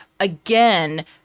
Again